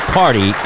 party